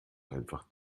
einfach